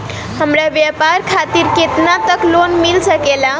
हमरा व्यापार खातिर केतना तक लोन मिल सकेला?